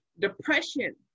depression